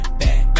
back